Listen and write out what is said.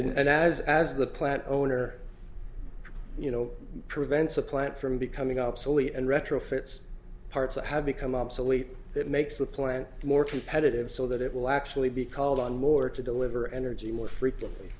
right and as as the plant owner you know prevents a plant from becoming obsolete and retrofits parts that have become obsolete that makes the plant more competitive so that it will actually be called on more to deliver energy more frequently